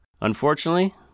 Unfortunately